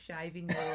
shaving